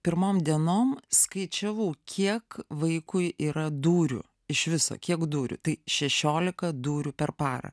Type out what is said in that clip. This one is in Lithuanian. pirmom dienom skaičiavau kiek vaikui yra dūrių iš viso kiek dūrių tai šešiolika dūrių per parą